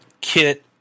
Kit